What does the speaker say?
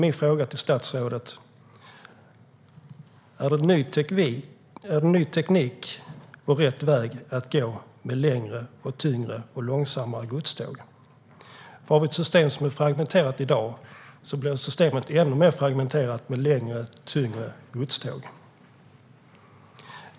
Min fråga till statsrådet är: Är det ny teknik och rätt väg att gå att köra med längre, tyngre och långsammare godståg? Har vi ett system som i dag är fragmenterat blir systemet ännu mer fragmenterat med längre och tyngre godståg.